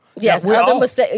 Yes